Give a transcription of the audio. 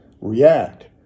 react